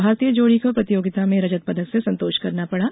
भारतीय जोड़ी को प्रतियोगिता में रजत पदक से संतोष करना पड़ा